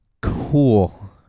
cool